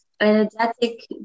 energetic